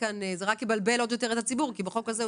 זה רק יבלבל עוד יותר את הציבור כי בחוק הזה הוא